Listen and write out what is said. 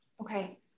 Okay